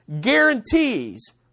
guarantees